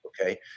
okay